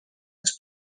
als